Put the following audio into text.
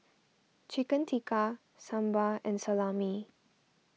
Chicken Tikka Sambar and Salami